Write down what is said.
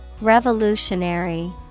Revolutionary